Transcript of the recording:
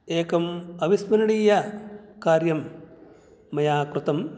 एकम् अविस्मरणीयकार्यं मया कृतम्